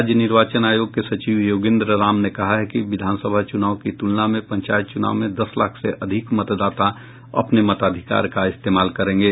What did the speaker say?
राज्य निर्वाचन आयोग के सचिव योगेन्द्र राम ने कहा है कि विधानसभा चुनाव की तुलना में पंचायत चूनाव में दस लाख से अधिक मतदाता अपने मतदाधिकार का इस्तेमाल करेंगे